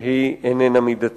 שהיא איננה מידתית.